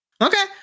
Okay